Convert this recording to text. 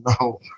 No